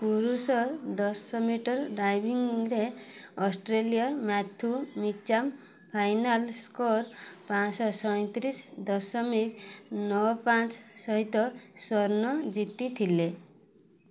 ପୁରୁଷ ଦଶ ମିଟର୍ ଡାଇଭିଂରେ Australia Matthew Mitcham final score ପାଞ୍ଚଶହ ସଇଁତିରିଶ ଦଶମିକ ନଅ ପାଞ୍ଚ ସହିତ ସ୍ୱର୍ଣ୍ଣ ଜିତିଥିଲେ